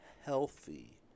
healthy